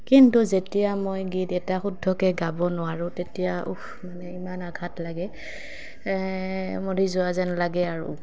কিন্তু যেতিয়া মই গীত এটা শুদ্ধকৈ গাব নোৱাৰোঁ তেতিয়া উহ মানে ইমান আঘাত লাগে মৰি যোৱা যেন লাগে আৰু